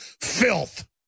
filth